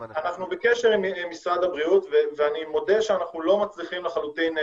אנחנו בקשר עם משרד הבריאות ואני מודה שאנחנו לא מצליחים לחלוטין,